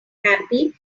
unhappy